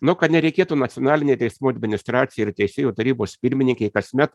nu kad nereikėtų nacionalinei teismų administracijai ir teisėjų tarybos pirmininkei kasmet